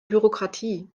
bürokratie